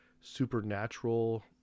supernatural